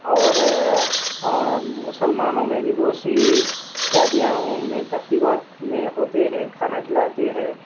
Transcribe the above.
اور اور مسلمانوں میں بھی بہت سی شادیوں میں تقریبات میں ہوتے ہیں کھانا کھلاتے ہیں